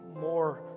more